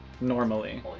normally